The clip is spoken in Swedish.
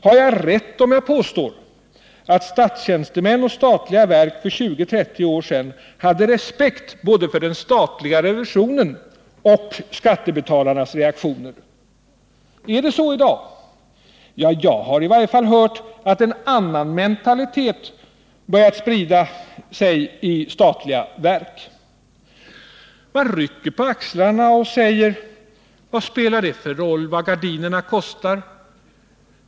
Har jag rätt om jag påstår att statstjänstemän och statliga verk för 20-30 år sedan hade respekt för både den statliga revisionen och skattebetalarnas reaktioner? Är det så i dag? Ja, jag har i varje fall hört att en annan mentalitet börjat sprida sig i statliga verk. Man rycker på axlarna och säger: Vad spelar det för roll vad gardinerna kostar?